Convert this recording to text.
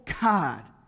God